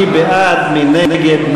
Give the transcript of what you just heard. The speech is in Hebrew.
מי בעד, מי נגד?